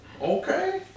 okay